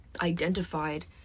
identified